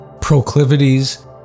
proclivities